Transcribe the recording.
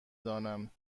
دانم